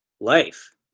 life